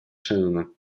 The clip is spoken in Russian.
шеннона